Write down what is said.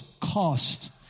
cost